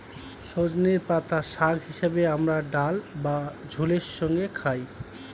সজনের পাতা শাক হিসেবে আমরা ডাল বা ঝোলের সঙ্গে খাই